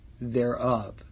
thereof